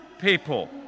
people